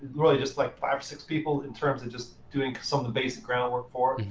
really just like five or six people in terms of just doing some of the basic groundwork for it.